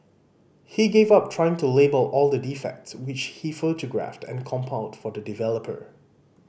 he gave up trying to label all the defects which he photographed and compiled for the developer